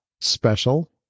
special